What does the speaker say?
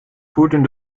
voerden